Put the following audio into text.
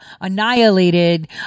annihilated